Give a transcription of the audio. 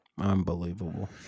unbelievable